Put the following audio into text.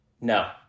No